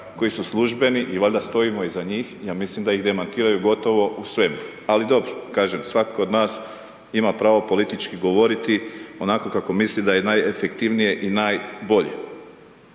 koji su službeni i valjda stojimo iza njih, ja mislim da ih demantiraju gotovo u svemu, ali dobro, kažem, svatko od nas ima pravo politički govoriti onako kako mislim da je najefektivnije i najbolje.